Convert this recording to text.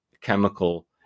chemical